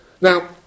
Now